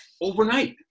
overnight